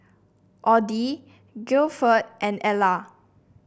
Odie Gilford and Ellar